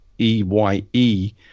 e-y-e